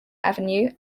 avenue